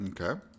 Okay